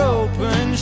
open